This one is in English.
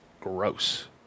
Gross